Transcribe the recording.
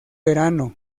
verano